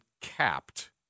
capped